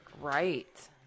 Right